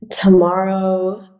tomorrow